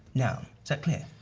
noun. is that clear?